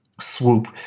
swoop